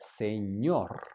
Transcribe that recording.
señor